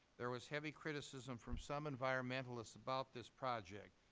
there was heavy criticism from some environmentalists about this project,